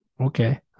okay